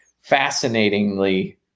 fascinatingly